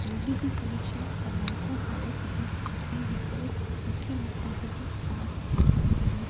board जी परीक्षा आराम सां भरे सघूं ऐं हेतिरे सुठे नतीजे सां पास थी था सघूं